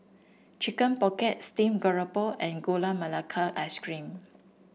Chicken Pocket Steam Garoupa and Gula Melaka Ice Cream